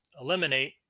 eliminate